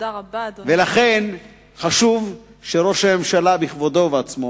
לכן חשוב שראש הממשלה בכבודו ובעצמו